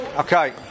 Okay